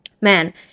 man